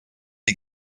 die